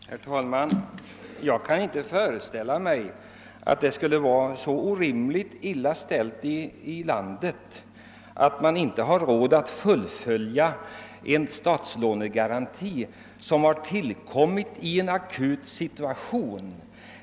Herr talman! Jag kan inte föreställa mig att det skulle vara så orimligt illa ställt i landet att man inte har råd att fullfölja en statlig lånegaranti som har tillkommit i en akut situation.